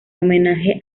homenaje